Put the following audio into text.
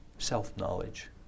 self-knowledge